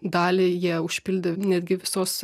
dalį jie užpildė netgi visos